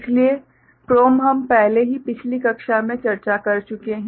इसलिए PROM हम पहले ही पिछली कक्षा में चर्चा कर चुके हैं